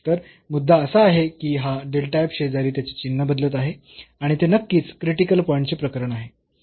तर मुद्दा असा आहे की हा शेजारी त्याचे चिन्ह बदलत आहे आणि ते नक्कीच क्रिटिकल पॉईंटचे प्रकरण आहे